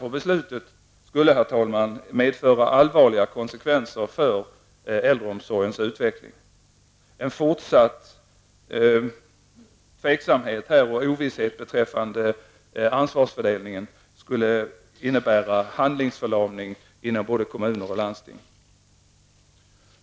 Det skulle innebära allvarliga konsekvenser för äldreomsorgens utveckling att skjuta på besluten, herr talman. En fortsatt tveksamhet och ovisshet beträffande ansvarsfördelningen skulle innebära handlingsförlamning inom både kommuner och landsting.